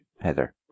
Heather